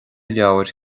leabhair